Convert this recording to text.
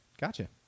Gotcha